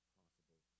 possible